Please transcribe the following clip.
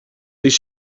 least